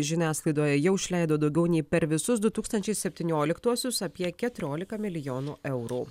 žiniasklaidoje jau išleido daugiau nei per visus du tūkstančiai septynioliktuosius apie keturiolika milijonų eurų